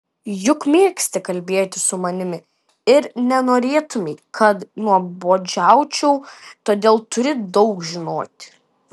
juk mėgsti kalbėti su manimi ir nenorėtumei kad nuobodžiaučiau todėl turi daug žinoti